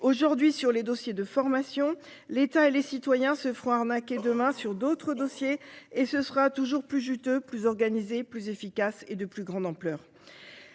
aujourd'hui sur les dossiers de formation. L'État et les citoyens se font arnaquer demain sur d'autres dossiers et ce sera toujours plus juteux plus organisée, plus efficace et de plus grande ampleur.